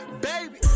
Baby